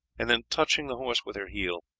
and then, touching the horse with her heel,